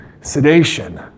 Sedation